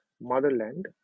Motherland